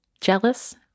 jealous